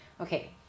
Okay